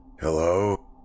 Hello